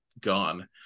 gone